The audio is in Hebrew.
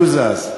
אתה מקוזז.